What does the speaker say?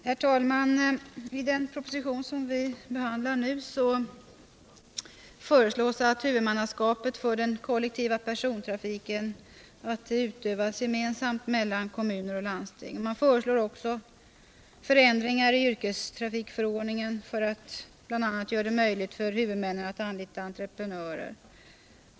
Herr talman! I den proposition som vi behandlar nu föreslås att huvudmannaskapet för den kollektiva persontrafiken skall utövas gemensamt mellan kommuner och landsting. Man föreslår också förändringar i yrkestrafikförordningen, bl.a. för att göra det möjligt för huvudmannen att anlita entreprenörer.